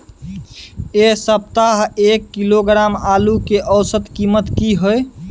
ऐ सप्ताह एक किलोग्राम आलू के औसत कीमत कि हय?